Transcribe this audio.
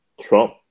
Trump